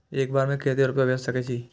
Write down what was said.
एक बार में केते रूपया भेज सके छी?